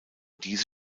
diese